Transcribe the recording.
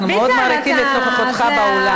אנחנו מאוד מעריכים את נוכחותך באולם.